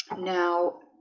now